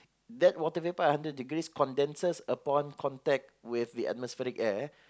that water vapour at hundred degrees condenses upon contact with the atmospheric air